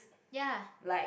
ya